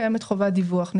קיימת חובת דיווח.